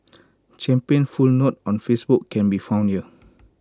champion's full note on Facebook can be found here